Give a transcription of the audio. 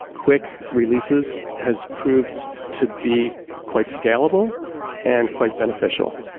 quick releases has proved to be quite scalable and quite beneficial.